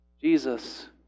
Jesus